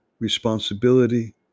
responsibility